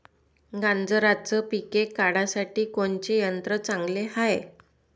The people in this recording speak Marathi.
गांजराचं पिके काढासाठी कोनचे यंत्र चांगले हाय?